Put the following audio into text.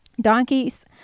Donkeys